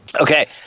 Okay